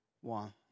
one